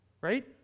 right